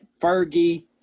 fergie